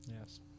Yes